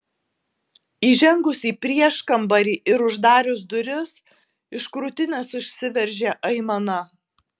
įžengus į prieškambarį ir uždarius duris iš krūtinės išsiveržė aimana